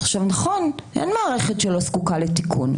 עכשיו, נכון, אין מערכת שלא זקוקה לתיקון.